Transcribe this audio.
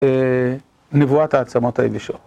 נבואת העצמות היבשות.